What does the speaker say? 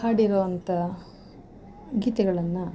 ಹಾಡಿರುವಂಥ ಗೀತೆಗಳನ್ನು